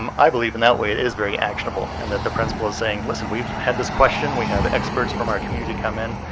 um i believe in that way it is very actionable and that the principal is saying, listen, we've had this question. we have experts from our community come in,